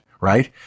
Right